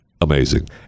amazing